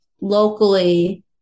locally